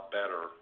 better